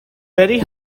very